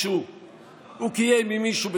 הוא התייעץ עם מישהו?